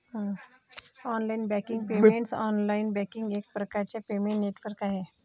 online banking payments online banking एक प्रकारचे payment network आहे